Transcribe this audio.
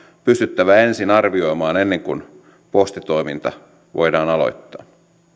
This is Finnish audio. pystyttävä ensin arvioimaan ennen kuin postitoiminta voidaan aloittaa